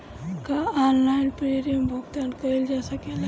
का online premium भुगतान कईल जा सकेला?